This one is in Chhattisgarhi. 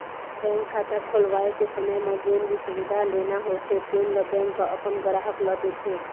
बेंक खाता खोलवाए के समे म जेन भी सुबिधा लेना होथे तेन ल बेंक ह अपन गराहक ल देथे